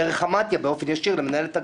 דרך המתי"א באופן ישיר למנהלת הגן?